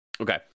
Okay